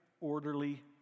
orderly